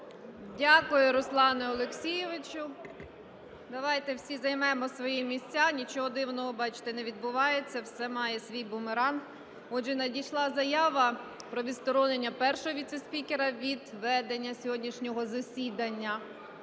Дякую, Руслане Олексійовичу. Давайте всі займемо свої місця, нічого дивного, бачите, не відбувається, все має свій бумеранг. Отже, надійшла заява про відсторонення Першого віце-спікера від ведення сьогоднішнього засідання.